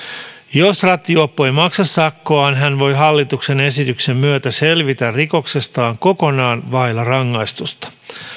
jos rattijuoppo ei maksa sakkoaan hän voi hallituksen esityksen myötä selvitä rikoksestaan kokonaan vailla rangaistusta